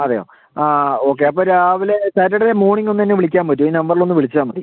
അതേയോ ആ ഓക്കേ അപ്പോൾ രാവിലെ സാറ്റർഡേ മോണിംഗ് ഒന്ന് എന്നെ വിളിക്കാൻ പറ്റുവോ ഈ നമ്പറിലൊന്ന് വിളിച്ചാൽ മതി